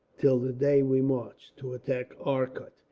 till the day we march to attack arcot.